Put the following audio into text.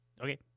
Okay